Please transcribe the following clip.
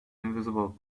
invisible